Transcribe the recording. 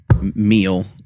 meal